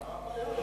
מה הבעיה?